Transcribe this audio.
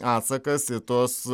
atsakas į tuos